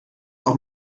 auch